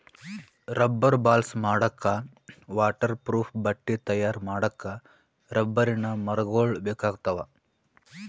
rubber balls ಮಾಡಕ್ಕಾ waterproof ಬಟ್ಟಿ ತಯಾರ್ ಮಾಡಕ್ಕ್ ರಬ್ಬರಿನ್ ಮರಗೊಳ್ ಬೇಕಾಗ್ತಾವ